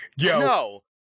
No